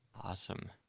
Awesome